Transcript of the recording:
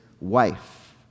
wife